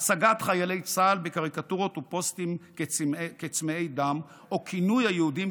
הצגת חיילי צה"ל בקריקטורות ובפוסטים כצמאי דם או כינוי היהודים